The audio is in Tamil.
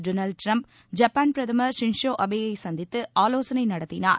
டோனால்டு டிரம்ப் ஜப்பான் பிரதமர் சின் சோ ஆபேயை சந்தித்து ஆலோசனை நடத்தினார்